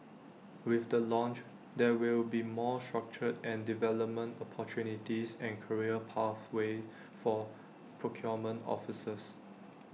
with the launch there will be more structured development opportunities and career pathways for procurement officers